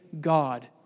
God